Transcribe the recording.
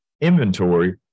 inventory